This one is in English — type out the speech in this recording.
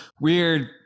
weird